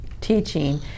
teaching